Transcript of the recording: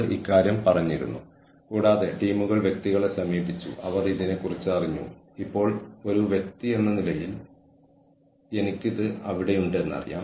ഒരിക്കൽ ആവശ്യമായ വൈദഗ്ധ്യമുള്ള വ്യക്തികൾ ഓർഗനൈസേഷനിൽ ആയിക്കഴിഞ്ഞാൽ പിന്നെ അവർ ഓർഗനൈസേഷണൽ സ്ട്രാറ്റജിയെ പിന്തുണയ്ക്കുന്ന രീതിയിൽ പ്രവർത്തിക്കുന്നു എന്ന് ഉറപ്പാക്കുന്നു